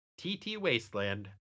TTWasteland